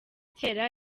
kera